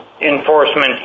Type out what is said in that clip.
enforcement